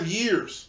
years